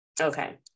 okay